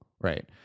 right